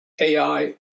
AI